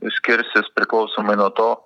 skirsis priklausomai nuo to